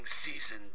season